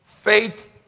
Faith